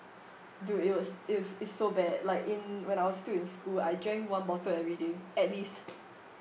dude it was it was it's so bad like in when I was still in school I drank one bottle every day at least